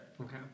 Okay